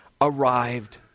arrived